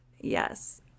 Yes